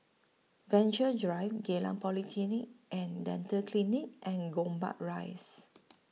Venture Drive Geylang Polyclinic and Dental Clinic and Gombak Rise